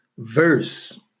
Verse